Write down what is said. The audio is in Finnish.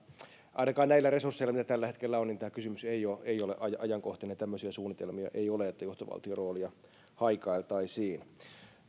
ainakaan näillä resursseilla mitä tällä hetkellä on tämä kysymys ei ole ajankohtainen tämmöisiä suunnitelmia ei ole että johtovaltioroolia haikailtaisiin